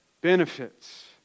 benefits